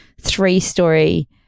three-story